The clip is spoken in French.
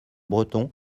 breton